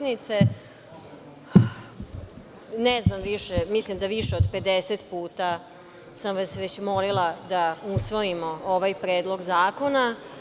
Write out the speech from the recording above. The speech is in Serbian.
Ne znam, mislim da više od 50 puta sam vas već molila da usvojimo ovaj Predlog zakona.